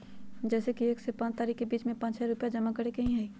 जैसे कि एक से पाँच तारीक के बीज में पाँच हजार रुपया जमा करेके ही हैई?